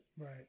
Right